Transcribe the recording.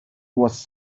was